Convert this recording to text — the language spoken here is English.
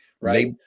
Right